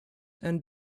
and